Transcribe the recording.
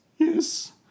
Yes